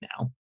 now